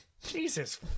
Jesus